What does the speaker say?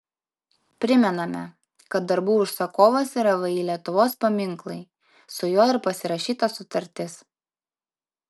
primename kad darbų užsakovas yra vį lietuvos paminklai su juo ir pasirašyta sutartis